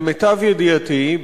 למיטב ידיעתי,